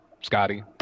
Scotty